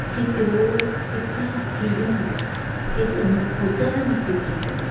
કે તેઓ કેટલા ફ્રીડમ કે પોતાના માટે જીવે